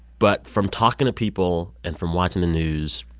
but from talking to people and from watching the news,